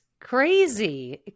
crazy